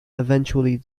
eventually